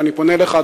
ואני פונה אליך,